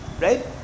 right